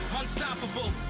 unstoppable